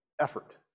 effort